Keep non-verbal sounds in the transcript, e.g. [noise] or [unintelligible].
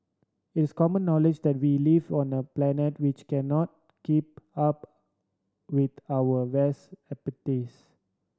it's common knowledge that we live on a planet which cannot keep up with our vast [unintelligible]